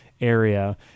area